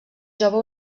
jove